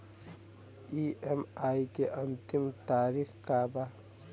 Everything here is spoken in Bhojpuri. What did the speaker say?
ई.एम.आई के अंतिम तारीख का बा?